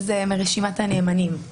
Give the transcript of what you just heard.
זה מרשימת הנאמנים.